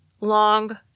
Long